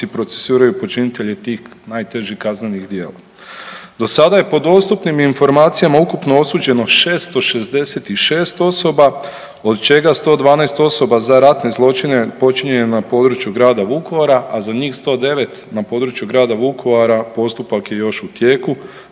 procesuiraju počinitelje tih najtežih kaznenih djela. Do sada je po dostupnim informacijama ukupno osuđeno 666 osoba od čega 112 osoba za ratne zločine počinjene na području grada Vukovara, a za njih 109 na području grada Vukovara postupak je još u tijeku